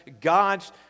God's